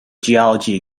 geology